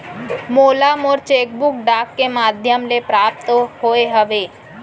मोला मोर cheque book डाक के मध्याम ले प्राप्त होय हवे